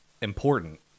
important